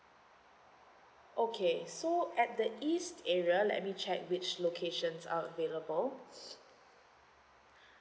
okay so at the east area let me check which locations are available